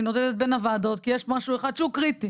אני נודדת בין הוועדות כי יש משהו אחד שהוא קריטי,